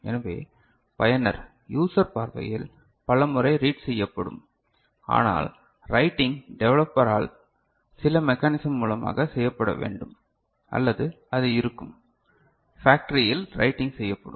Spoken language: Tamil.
எனவே பயனர் யூசர் பார்வையில் பல முறை ரீட் செய்யப்படும் ஆனால் ரைட்டிங் டெவலப்பரால் சில மெக்கானிசம் மூலமாக செய்யப்பட வேண்டும் அல்லது அது இருக்கும் ஃபேக்டரியில் ரைடிங் செய்யப்படும்